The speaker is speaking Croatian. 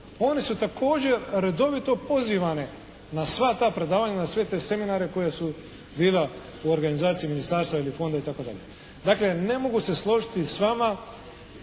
One su također redovito pozivane na sva ta predavanja, na sve te seminare koja su bila u organizaciji ministarstva ili fonda itd. Dakle, ne mogu se složiti s vama.